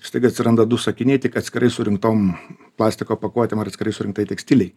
staiga atsiranda du sakiniai tik atskirai surinktom plastiko pakuotėm ar atskirai surinktai tekstilei